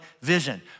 vision